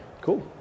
Cool